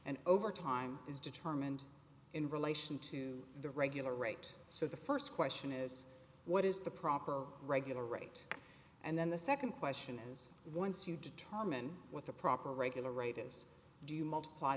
and over time is determined in relation to the regular rate so the first question is what is the proper regular rate and then the second question is once you determine what the proper regular rate is do you multiply